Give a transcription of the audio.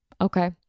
okay